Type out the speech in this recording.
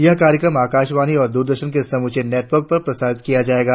यह कार्यक्रम आकाशवाणी और दूरदर्शन के समूचे नेटवर्क पर प्रसारित किया जाएगा